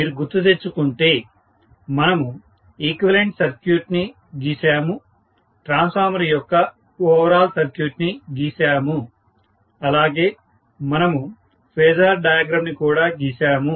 మీరు గుర్తు తెచ్చుకుంటే మనము ఈక్వివలెంట్ సర్క్యూట్ ని గీసాము ట్రాన్స్ఫార్మర్ యొక్క ఓవరాల్ సర్క్యూట్ ని గీసాము అలాగే మనము ఫేజార్ డయాగ్రమ్ ని కూడా గీసాము